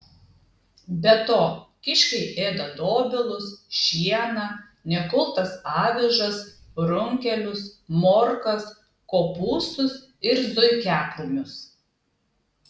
be to kiškiai ėda dobilus šieną nekultas avižas runkelius morkas kopūstus ir zuikiakrūmius